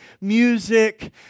music